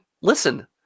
listen